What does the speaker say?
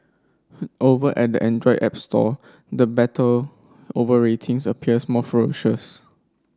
over at the Android app store the battle over ratings appears more ferocious